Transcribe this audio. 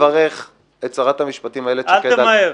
מברך את שרת המשפטים איילת שקד -- אל תמהר.